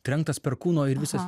trenktas perkūno ir visas